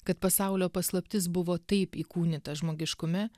kad pasaulio paslaptis buvo taip įkūnyta žmogiškume